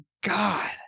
God